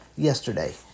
yesterday